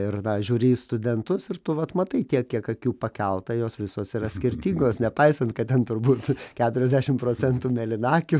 ir žiūri į studentus ir tu vat matai tiek kiek akių pakelta jos visos yra skirtingos nepaisant kad ten turbūt keturiasdešim procentų mėlynakių